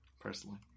personally